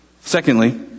Secondly